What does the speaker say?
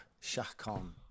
Chacon